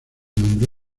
nombró